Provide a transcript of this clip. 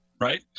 right